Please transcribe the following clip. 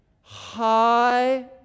high